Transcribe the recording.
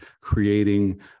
creating